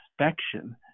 inspection